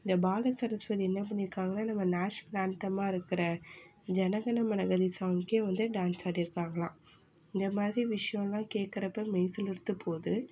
இந்த பால சரஸ்வதி என்ன பண்ணிருக்காங்கன்னா நம்ம நேஷ்னல் ஆந்த்தமா இருக்கிற ஜன கன மன கதி சாங்க்குக்கே வந்து டான்ஸ் ஆடிருக்காங்களா இந்த மாதிரி விஷயோல்லாம் கேட்கறப்ப மெய் சிலிர்த்து போது